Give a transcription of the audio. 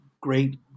great